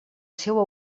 seua